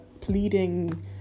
pleading